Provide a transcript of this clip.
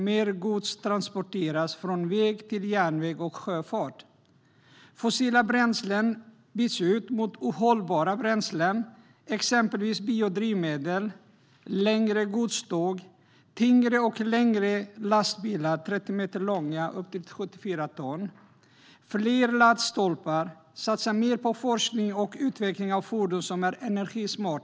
Mer gods transporteras från väg till järnväg och sjöfart. Fossila bränslen byts ut mot hållbara bränslen, exempelvis biodrivmedel. Det handlar om längre godståg, tyngre och längre lastbilar, 30 meter långa och upp till 74 ton, och fler laddstolpar. Det handlar om att satsa mer på forskning och utveckling av fordon som är energismarta.